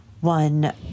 one